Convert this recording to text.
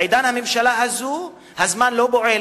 בעידן הממשלה הזו הזמן לא פועל,